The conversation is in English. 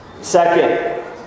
Second